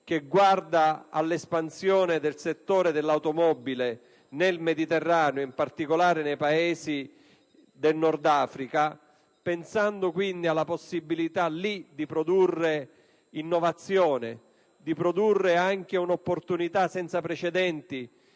che guardi all'espansione del settore dell'automobile nel Mediterraneo e in particolare nei Paesi del Nord Africa. Si potrebbe pensare, quindi, alla possibilità di produrre lì innovazione e di creare anche un'opportunità senza precedenti,